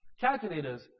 Calculators